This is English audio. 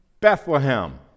Bethlehem